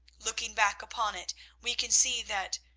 looking back upon it we can see that,